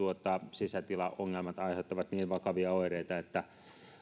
sisätilaongelmat aiheuttavat niin vakavia oireita että